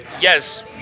yes